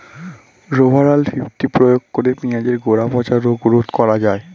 Rovral fifty প্রয়োগ করে পেঁয়াজের গোড়া পচা রোগ রোধ করা যায়?